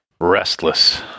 restless